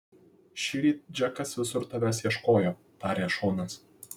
šįryt džekas visur tavęs ieškojo tarė šonas